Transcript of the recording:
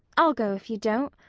i'll go if you don't.